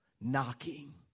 knocking